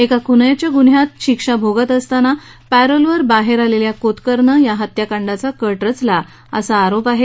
एका खुनाच्या गुन्ह्यात शिक्षा भोगत असताना पॅरोलवर बाहेर आलेल्या कोतकरनं या हत्याकांडाचा कट रचला असा आरोप आहे